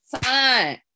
time